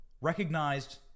recognized